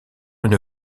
une